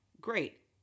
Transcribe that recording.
Great